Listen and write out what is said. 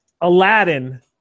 aladdin